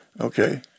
Okay